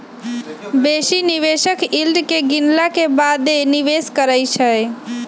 बेशी निवेशक यील्ड के गिनला के बादे निवेश करइ छै